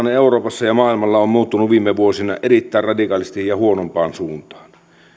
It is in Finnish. syyn turvallisuustilanne euroopassa ja maailmalla on muuttunut viime vuosina erittäin radikaalisti ja huonompaan suuntaan